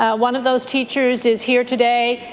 ah one of those teachers is here today.